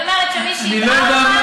אני אומרת שמי שהטעה אותך,